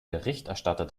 berichterstatter